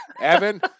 Evan